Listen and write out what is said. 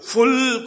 Full